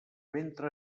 ventre